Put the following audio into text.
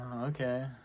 okay